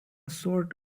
sort